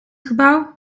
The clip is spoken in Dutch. gebouw